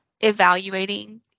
evaluating